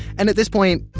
and at this point,